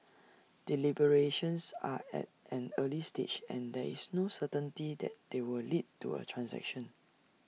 deliberations are at an early stage and there is no certainty that they will lead to A transaction